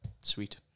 Sweet